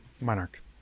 Monarch